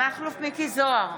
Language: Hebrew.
מכלוף מיקי זוהר,